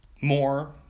more